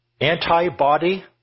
Antibody